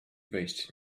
wejść